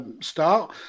start